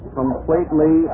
completely